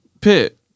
Pitt